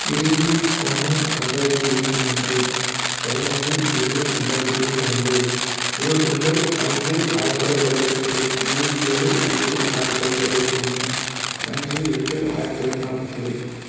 இருபது ஒன்று ரெண்டாயிரத்தி இருபத்தி மூன்று பதினைந்து ஏழு ரெண்டாயிரத்தி இருபத்தி ரெண்டு இருபத்தி ரெண்டு ஐந்து ஆயிரத்தி தொள்ளாயிரத்தி அறுபத்தெட்டு இருபத்தி ஏழு ஏழு ஆயிரத்தி தொள்ளாயிரத்தி அறுபத்தி ஒன்று அஞ்சு எட்டு ஆயிரத்தி தொள்ளாயிரத்தி நாப்பத்தியேழு